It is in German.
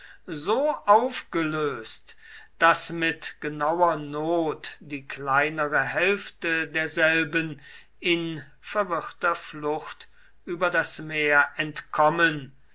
so aufgelöst daß mit genauer not die kleinere hälfte derselben in verwirrter flucht über das meer entkommen